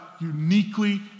uniquely